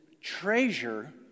treasure